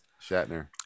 Shatner